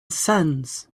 sends